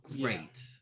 great